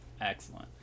Excellent